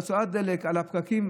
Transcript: להוצאות על דלק ולפקקים.